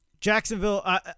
Jacksonville